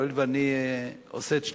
הואיל ואני עושה את שליחותו,